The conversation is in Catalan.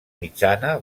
mitjana